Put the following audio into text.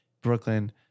Brooklyn